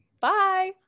Bye